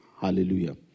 Hallelujah